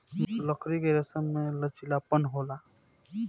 मकड़ी के रेसम में लचीलापन होला